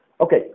Okay